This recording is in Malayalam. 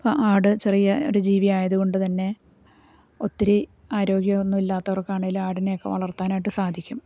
അപ്പം ആട് ചെറി ഒരു ജീവി ആയതു കൊണ്ട് തന്നെ ഒത്തിരി ആരോഗ്യമൊന്നു ഇല്ലാത്തവർക്കാണെങ്കിലും ആടിനെയൊക്കെ വളർത്താനായിട്ട് സാധിക്കും